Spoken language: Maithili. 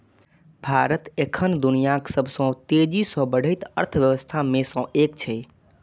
भारत एखन दुनियाक सबसं तेजी सं बढ़ैत अर्थव्यवस्था मे सं एक छै